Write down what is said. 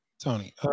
Tony